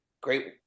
Great